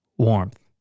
Warmth